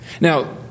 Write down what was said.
Now